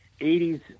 80s